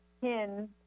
pin